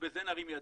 ובזה נרים ידיים.